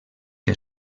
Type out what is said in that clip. que